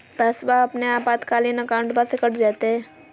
पैस्वा अपने आपातकालीन अकाउंटबा से कट जयते?